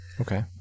Okay